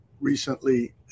recently